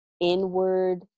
inward